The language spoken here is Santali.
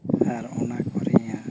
ᱟᱨ ᱚᱱᱟ ᱠᱚ ᱨᱮᱭᱟᱜ